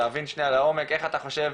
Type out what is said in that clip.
להבין שנייה לעומק איך אתה חושב